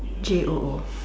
J o o